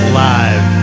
live